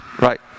right